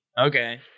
okay